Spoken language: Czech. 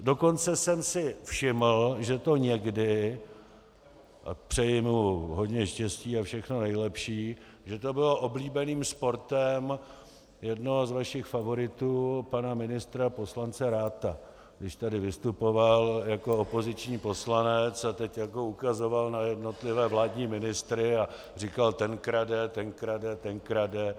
Dokonce jsem si všiml, že to někdy, a přeji mu hodně štěstí a všechno nejlepší, že to bylo oblíbeným sportem jednoho z vašich favoritů, pana ministra a poslance Ratha, když tady vystupoval jako opoziční poslanec a teď ukazoval na jednotlivé vládní ministry a říkal, ten krade, ten krade, ten krade.